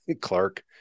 Clark